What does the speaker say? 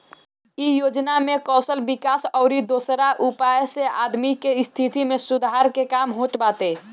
इ योजना में कौशल विकास अउरी दोसरा उपाय से आदमी के स्थिति में सुधार के काम होत बाटे